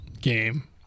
game